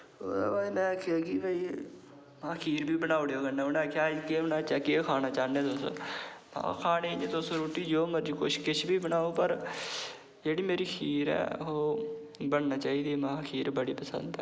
ते ओह्दे बाद में आक्खेआ की भाई जी में आक्खेआ खीर बी बनाई ओड़ेओ तुस उन्ने आक्खेआ केह् खाना चाह्ने अज्ज तुस ओह् खानै गी रुट्टी अज्ज तुस जे मर्ज़ी बनाओ पर तुस जेह्ड़ी मेरी खीर ऐ ओह् तुस बनना चाहिदी में आ खीर बड़ी पसंद ऐ